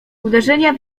uderzenia